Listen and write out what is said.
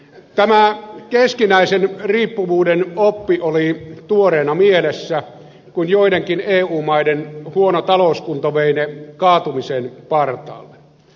tämä keskinäisen riippuvuuden oppi oli tuoreena mielessä kun joidenkin eu maiden huono talouskunto vei ne kaatumisen partaalle